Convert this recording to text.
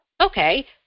Okay